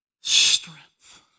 strength